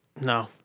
No